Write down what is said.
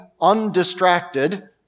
undistracted